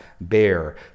bear